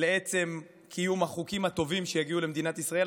לעצם קיום החוקים הטובים שיגיעו למדינת ישראל.